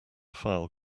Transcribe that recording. file